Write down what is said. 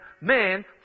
man